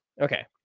Okay